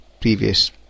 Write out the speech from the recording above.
previous